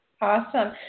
Awesome